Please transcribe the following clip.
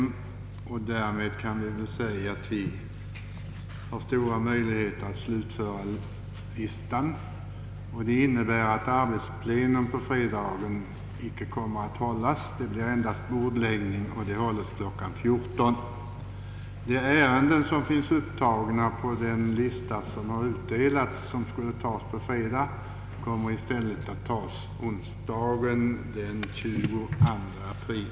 Därmed synes stora möjligheter föreligga att i dag hinna med samtliga ärenden på föredragningslistan. Det innebär att arbetsplenum icke kommer att hållas fredagen den 17 april. I stället blir det bordläggningsplenum som börjar kl. 14.00. De ärenden som finns upptagna på den utdelade listan och som skulle behandlas på fredag kommer i stället att behandlas onsdagen den 22 april.